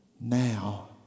Now